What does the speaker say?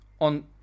on